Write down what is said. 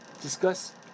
Discuss